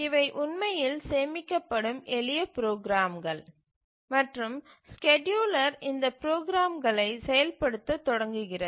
இவை உண்மையில் சேமிக்கப்படும் எளிய ப்ரோக்ராம்கள் மற்றும் ஸ்கேட்யூலர் இந்த ப்ரோக்ராம்களை செயல்படுத்த தொடங்குகிறது